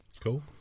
cool